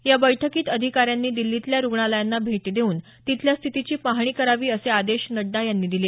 या बैठकीत अधिकाऱ्यांनी दिल्लीतल्या रुग्णालयांना भेट देऊन तिथल्या स्थितीची पहाणी करावी असे आदेश नड्डा यांनी दिले